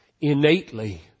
Innately